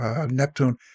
Neptune